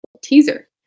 Teaser